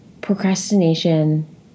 procrastination